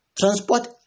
transport